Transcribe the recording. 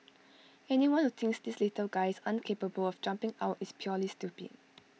anyone who thinks these little guys aren't capable of jumping out is purely stupid